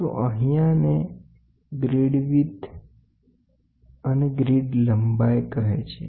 તો આને ગ્રીડની પહોળાઇ અને ગ્રીડની લંબાઈ કહે છે